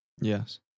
Yes